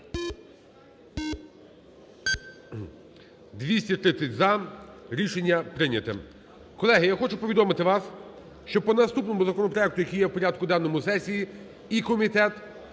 За-230 Рішення прийняте. Колеги, я хочу повідомити вас, що по наступному законопроекту, який є в порядку денному сесії, і комітет,